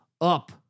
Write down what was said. up